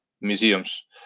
museums